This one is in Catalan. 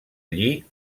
lli